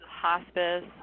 hospice